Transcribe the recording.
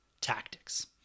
tactics